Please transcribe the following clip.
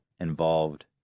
involved